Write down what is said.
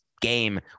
game